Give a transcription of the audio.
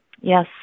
Yes